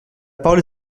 parole